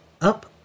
up